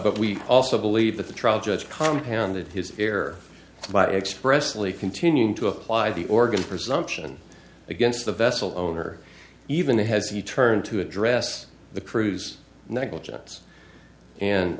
but we also believe that the trial judge compound that his error by expressly continuing to apply the organ presumption against the vessel owner even has he turned to address the cruise negligence and